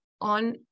on